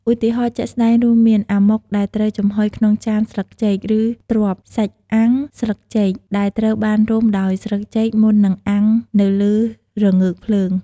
ឧទាហរណ៍ជាក់ស្តែងរួមមាន អាម៉ុក ដែលត្រូវចំហុយក្នុងចានស្លឹកចេក ឬ ទ្រប់ (សាច់អាំងស្លឹកចេក) ដែលត្រូវបានរុំដោយស្លឹកចេកមុននឹងអាំងនៅលើរងើកភ្លើង។